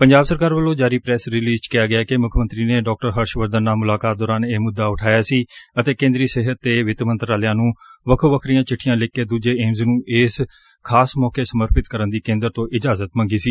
ਪੰਜਾਬ ਸਰਕਾਰ ਵਲੋ ਜਾਰੀ ਪ੍ਰੈਸ ਰਿਲੀਜ ਚ ਕਿਹਾ ਗਿਆ ਏ ਕਿ ਮੁੱਖ ਮੰਤਰੀ ਨੇ ਡਾ ਹਰਸ਼ਵਰਧਨ ਨਾਲ ਮੁਲਾਕਾਤ ਦੌਰਾਨ ਇਹ ਮੁੱਦਾ ਉਠਾਇਆ ਸੀ ਅਤੇ ਕੇ'ਦਰੀ ਸਿਹਤ ਤੇ ਵਿੱਤ ਮੰਤਰਾਲਿਆਂ ਨੂੰ ਵੱਖੋ ਵੱਖਰੀਆਂ ਚਿੱਠੀਆਂ ਲਿਖ ਕੇ ਦੁਜੇ ਏਮਜ਼ ਨੂੰ ਇਸ ਖਾਸ ਮੌਕੇ ਸਮਰਪਿਤ ਕਰਨ ਦੀ ਕੇਦਰ ਤੋ ਇਜਾਜ਼ਤ ਮੰਗੀ ਸੀ